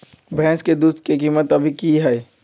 भैंस के दूध के कीमत अभी की हई?